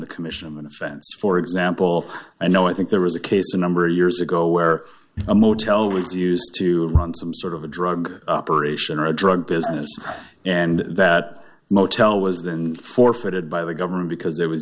the commission of an offense for example i know i think there was a case a number of years ago where a motel was used to run some sort of a drug operation or a drug business and that motel was then forfeited by the government because